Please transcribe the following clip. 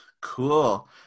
Cool